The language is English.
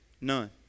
None